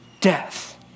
death